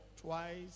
twice